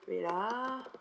wait ah